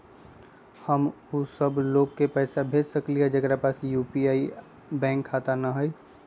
हम उ सब लोग के पैसा भेज सकली ह जेकरा पास यू.पी.आई बैंक खाता न हई?